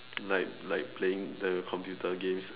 like like playing the computer games lah